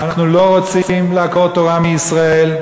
אנחנו לא רוצים לעקור תורה מישראל.